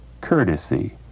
courtesy